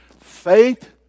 Faith